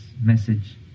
message